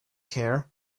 care